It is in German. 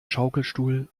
schaukelstuhl